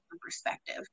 perspective